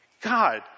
God